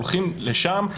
היא אמרה: אנחנו הולכים לשם,